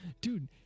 dude